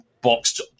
boxed